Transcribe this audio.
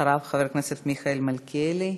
אחריו, חבר הכנסת מיכאל מלכיאלי,